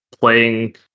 playing